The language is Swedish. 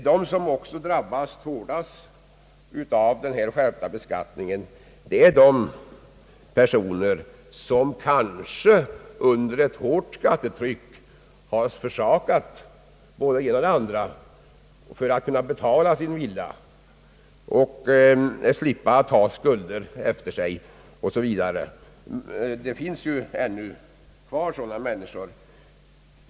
De som drabbas hårdast av den skärpta beskattningen är sådana personer som kanske under ett hårt skattetryck har försökt att på allt sätt betala sin villa för att de efterlevande skall slippa ifrån skulder. Det finns faktiskt ännu kvar sådana människor.